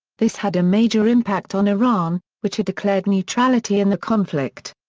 this had a major impact on iran, which had declared neutrality in the conflict.